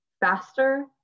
faster